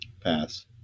Pass